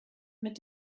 mit